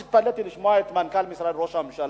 התפלאתי לשמוע את מנכ"ל משרד ראש הממשלה,